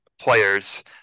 players